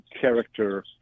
character